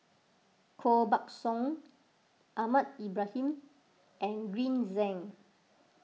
Koh Buck Song Ahmad Ibrahim and Green Zeng